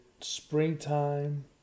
springtime